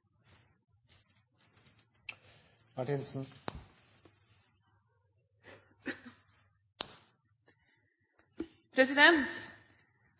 innlegg.